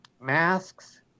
masks